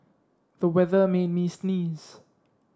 the weather made me sneeze